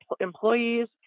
employees